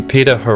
Peter